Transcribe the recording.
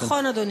נכון, אדוני.